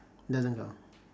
doesn't count